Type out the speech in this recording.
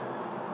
<S?